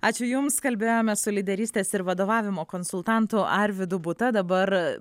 ačiū jums kalbėjome su lyderystės ir vadovavimo konsultantu arvydu buta dabar